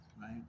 right